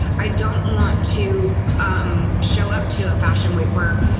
i don't want to um show up to a fashion week where,